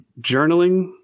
Journaling